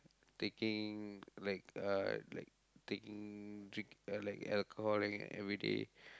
taking like uh like taking drink~ like alcohol every day